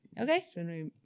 Okay